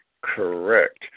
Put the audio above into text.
correct